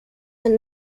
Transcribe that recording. and